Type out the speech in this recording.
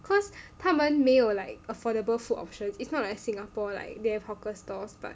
because 他们没有 like affordable food options it's not like Singapore like they have hawker stalls but